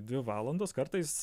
dvi valandos kartais